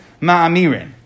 ma'amirin